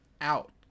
out